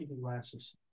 glasses